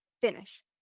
finish